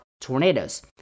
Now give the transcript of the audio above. tornadoes